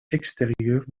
extérieures